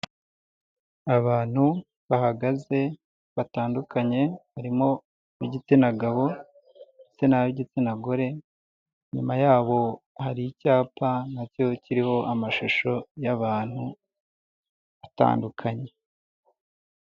Abantu bahagaze batandukanye harimo, ab'igitsina gabo ndetse n'ab'igitsina gore, nyuma yaho hari icyapa nacyo kiriho amashusho y'abantu atandukanye.